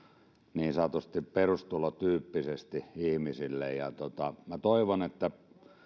niin sanotusti perustulotyyppisesti ihmisille ja toivon että